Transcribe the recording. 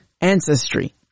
ancestry